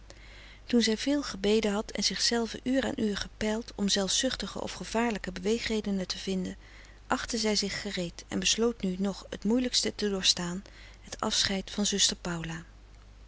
toen zij veel gebeden had en zichzelve uur aan uur gepeild om zelfzuchtige of gevaarlijke beweegredenen te vinden achtte zij zich gereed en besloot nu nog t moeielijkste te doorstaan het afscheid van zuster paula